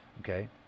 Okay